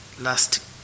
last